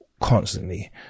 constantly